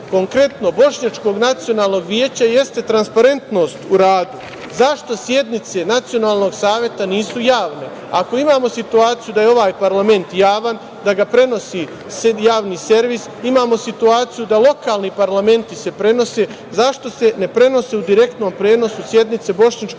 konkretno Bošnjačkog nacionalnog veća jeste transparentnost u radu. Zašto sednice Nacionalnog saveta nisu javne? Ako imamo situaciju da je ovaj parlamenta javan, da ga prenosi Javni servis, imamo situaciju da lokalni parlamenti se prenose, zašto se ne prenose u direktnom prenosu sednice Bošnjačkog